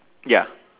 ya